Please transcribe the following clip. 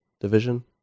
division